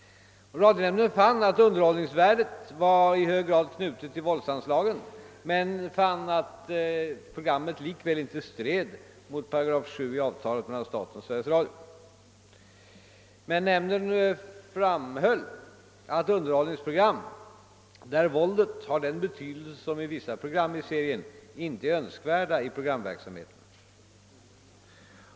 Radionämnden fann att underhållningsvärdet var i hög grad knutet till våldsinslagen men fann att programmet likväl icke stred mot 8 7 i avtalet mellan staten och Sveriges Radio. Nämnden framhöll att underhållningsprogram, där våldet har den betydelse som varit fallet i vissa program i serien, inte är önskvärda i programverksamheten.